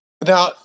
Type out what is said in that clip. Now